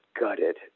gutted